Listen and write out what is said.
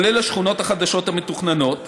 כולל השכונות החדשות המתוכננות.